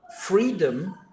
freedom